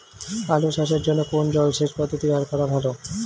আলু চাষের জন্য কোন জলসেচ পদ্ধতি ব্যবহার করা ভালো?